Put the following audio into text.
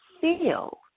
feel